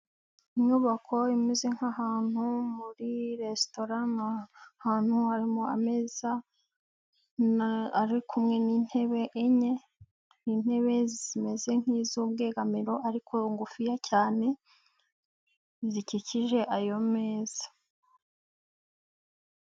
Inyubako imeze nk'ahantu muri resitora, ni ahantu harimo ameza, ari kumwe n'intebe enye ni intebe zimeze nk'iz'ubwegamiro ariko ngufiya cyane, zikikije ayo meza.